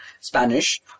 Spanish